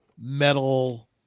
metal